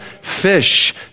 Fish